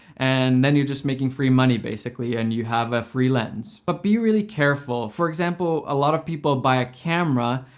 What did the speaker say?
and then you're just making free money basically, and you have a free lens. but be really careful. for example, a lot of people buy a camera,